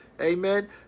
Amen